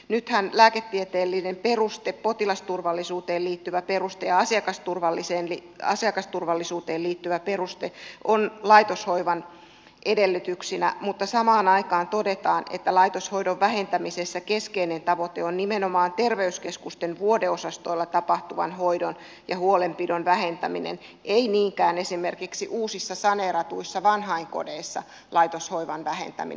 nythän lääketieteellinen peruste potilasturvallisuuteen liittyvä peruste ja asiakasturvallisuuteen liittyvä peruste ovat laitoshoivan edellytyksinä mutta samaan aikaan todetaan että laitoshoidon vähentämisessä keskeinen tavoite on nimenomaan terveyskeskusten vuodeosastoilla tapahtuvan hoidon ja huolenpidon vähentäminen ei niinkään esimerkiksi uusissa saneeratuissa vanhainkodeissa laitoshoivan vähentäminen